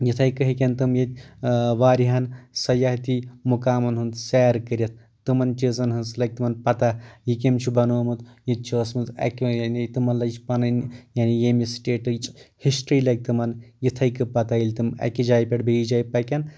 یِتھٕے کٔنۍ ہٮ۪کن تِم ییٚتہِ واریاہن سیاحتی مُقامن ہُنٛد سیر کٔرتھ تِمن چیٖزن ہٕنٛز لگہِ تِمن پتہ یہِ کٔمۍ چھُ بنٛوٚومُت ییٚتہِ چھ ٲسۍ مٕژ اکہِ وِ یعنی تِمن لٔج پنٕنۍ یعنے ییٚمہِ سٹیٹٕچ ہسٹری لگہِ تِٕمن یِتھٕے کٔنۍ پتہ ییٚلہِ تِم اکہِ جایہِ پٮ۪ٹھ بیٚیِس جایہِ پکن